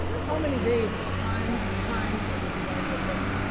how many days is time times and the dividing of time?